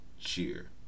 Cheer